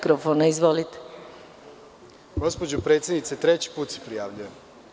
Gospođo predsednice, treći put se prijavljujem.